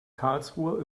karlsruhe